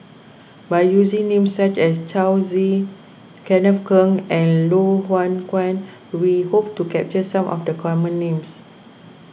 by using names such as Yao Zi Kenneth Keng and Loh Hoong Kwan we hope to capture some of the common names